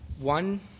One